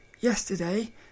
Yesterday